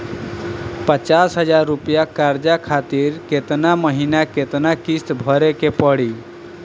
पचास हज़ार रुपया कर्जा खातिर केतना महीना केतना किश्ती भरे के पड़ी?